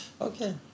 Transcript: okay